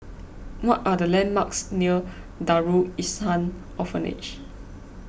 what are the landmarks near Darul Ihsan Orphanage